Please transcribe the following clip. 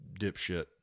dipshit